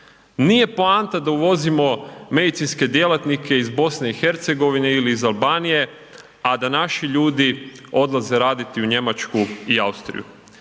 nije poanta da uvozimo medicinske djelatnike iz BiH ili iz Albanije, a da naši ljudi odlaze raditi u Njemačku i Austriju.